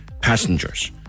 passengers